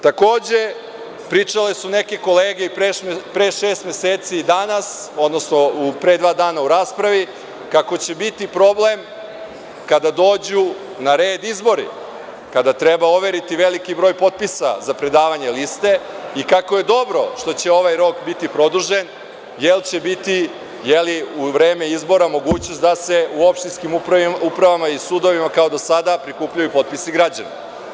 Takođe, pričale su neke kolege i pre šest meseci i danas, odnosno pre dva dana u raspravi kako će biti problem kada dođu na red izbori, kada treba overiti veliki broj potpisa za predavanje liste i kako je dobro što će ovaj rok biti produžen jer će biti u vreme izbora mogućnost da se u opštinskim upravama i sudovima kao do sada prikupljaju potpisi građana.